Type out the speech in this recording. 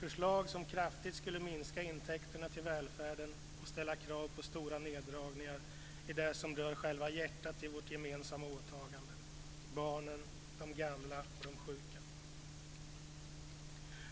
Det är förslag som kraftigt skulle minska intäkterna till välfärden och ställa krav på stora neddragningar i det som rör själva hjärtat i vårt gemensamma åtagande, barnen, de gamla och de sjuka.